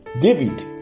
David